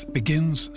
begins